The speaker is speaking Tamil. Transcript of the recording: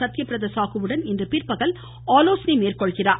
சத்தியபிரத சாகுவுடன் இன்று பிற்பகல் ஆலோசனை மேற்கொள்கிறார்